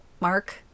Mark